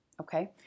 Okay